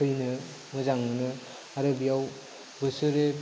फैनो मोजां मोनो आरो बेयाव बोसोरे